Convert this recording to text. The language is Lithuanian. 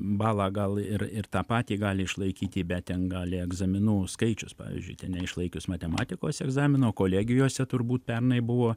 balą gal ir ir tą patį gali išlaikyti bet ten gali egzaminų skaičius pavyzdžiui neišlaikius matematikos egzamino kolegijose turbūt pernai buvo